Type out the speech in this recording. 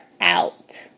out